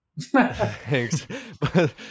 thanks